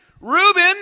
Reuben